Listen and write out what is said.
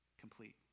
complete